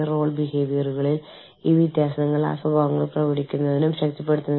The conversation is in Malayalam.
എന്നാൽ പിന്നീട് ജോലിക്കാരൻ അവളെ അല്ലെങ്കിൽ അവനെ വീണ്ടും ജോലിക്കെടുക്കാൻ കഴിയും എന്ന് നിങ്ങളെ ബോധ്യപ്പെടുത്തുന്നു